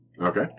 Okay